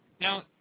Now